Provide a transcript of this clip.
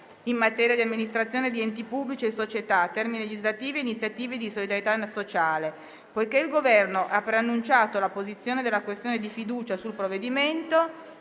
in materia di amministrazione di enti pubblici, di termini legislativi e di iniziative di solidarietà sociale. Poiché il Governo ha preannunciato la posizione della questione di fiducia sul provvedimento,